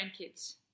grandkids